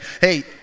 hey